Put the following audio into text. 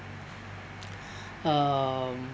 um